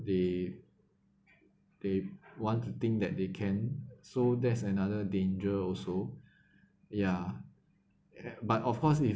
they they want to think that they can so that's another danger also ya eh but of course if